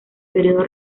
periodo